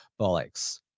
bollocks